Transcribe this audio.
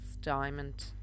diamond